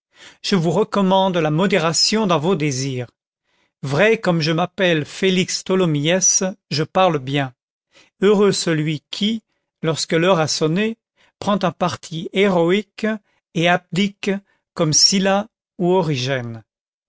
je vous recommande la modération dans vos désirs vrai comme je m'appelle félix tholomyès je parle bien heureux celui qui lorsque l'heure a sonné prend un parti héroïque et abdique comme sylla ou origène